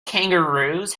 kangaroos